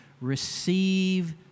Receive